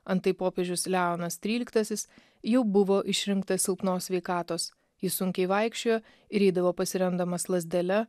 antai popiežius leonas tryliktasis jau buvo išrinktas silpnos sveikatos jis sunkiai vaikščiojo ir eidavo pasiremdamas lazdele